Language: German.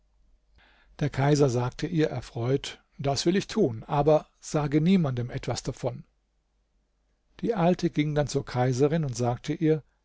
der kaiser sagte ihr erfreut das will ich tun aber sage niemandem etwas davon die alte ging dann zur kaiserin und sagte ihr